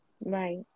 Right